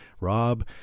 Rob